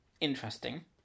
interesting